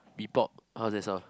mee-pok how does that sound